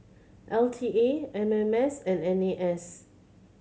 L T A M M S and N A S